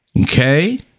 Okay